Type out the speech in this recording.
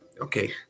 okay